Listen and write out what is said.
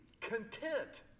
content